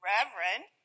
Reverend